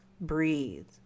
breathe